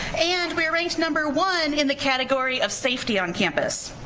and we are ranked number one in the category of safety on campus.